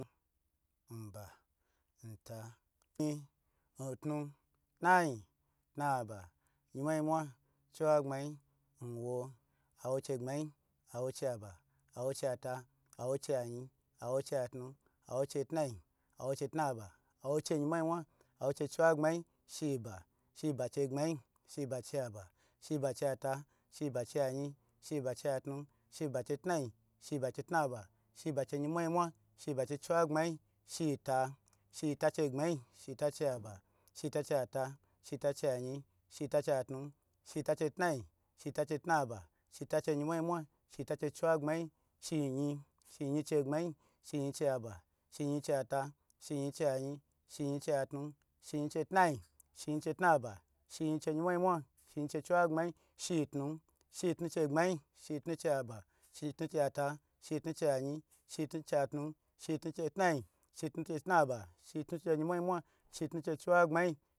Nnu nba nta nyin ntun tnayin tnaba yinmwa yinmwa chiwagbmayi nwo awo chei gbayi awo chaba awo chata awo chayin awocha tnu awo cha tnayi awo che tnaba awo che yinmwa yinmwa awo che chiwagbmayi shiba shiba chegbmayin shiba che ba shiba cheta shiba che yin shiba che tnu shiba chie tnayi shiba che tnaba shiba chei yinmwa yinmwa, shiba chei chiwagbmayi, shiti shiti chegbmayi, shita chei be, shita chei ata, shita chei ayin, shita chei atu, shita chei ayin, shita chei tnayin, shita chei tnaba, shita chei yinmwa yinmwa, shita chei chiwagbmayi, shiyin, shiyin cheigbmayi, shiyin chei aba, shiyin chei ata, shiyin chei atun, shiyin cheitnayi, shiyin chei tnaba, shiyin chei yimwa yimwa, shiyin che chiwagbmayi, shitu shitun chegbmayi, shitun chei aba, shitu cheta shitu che yin shitu che tnayi shitunm chei tnaba, shitun che yinmwa yinmwa, shitun chei chiwagbmayi